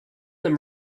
them